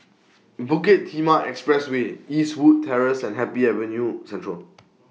Bukit Timah Expressway Eastwood Terrace and Happy Avenue Central